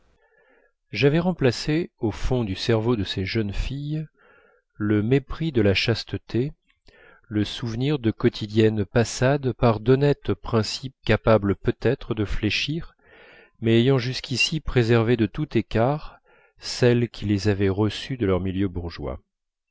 j'avais remplacé au fond du cerveau de ces jeunes filles le mépris de la chasteté le souvenir de quotidiennes passades par d'honnêtes principes capables peut-être de fléchir mais ayant jusqu'ici préservé de tout écart celles qui les avaient reçus de leur milieu bourgeois